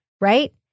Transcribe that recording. right